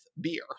beer